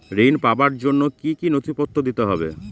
ঋণ পাবার জন্য কি কী নথিপত্র দিতে হবে?